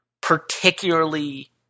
particularly